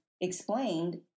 explained